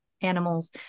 animals